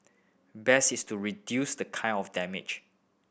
best is to reduce the kind of damage